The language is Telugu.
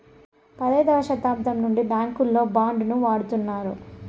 పదైదవ శతాబ్దం నుండి బ్యాంకుల్లో బాండ్ ను వాడుతున్నారు